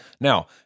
Now